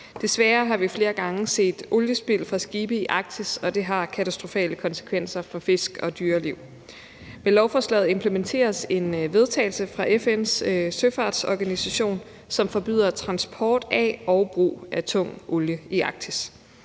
Desværre har vi flere gange set oliespild fra skibe i Arktis, og det har katastrofale konsekvenser for fisk og dyreliv. Med lovforslaget implementeres en vedtagelse fra FN's søfartsorganisation, som forbyder transport af og brug af tung olie i Arktis.